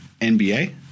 NBA